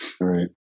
right